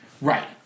right